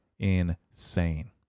insane